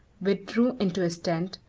withdrew into his tent,